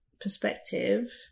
perspective